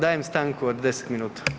Dajem stanku od 10 minuta.